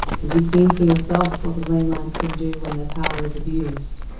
and you've seen for yourself what the ley lines can do when their power is abused.